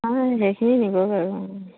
অঁ সেইখিনি নিব বাৰু অঁ